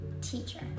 teacher